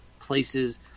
places